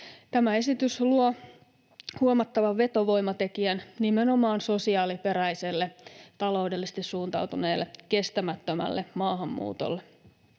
Tämä esitys luo huomattavan vetovoimatekijän nimenomaan sosiaaliperäiselle, taloudellisesti suuntautuneelle, kestämättömälle maahanmuutolle.